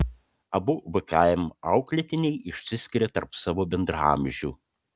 abu vkm auklėtiniai išsiskiria tarp savo bendraamžių